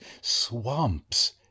swamps